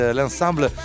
L'Ensemble